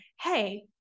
hey